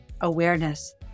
awareness